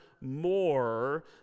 more